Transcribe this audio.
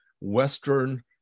Western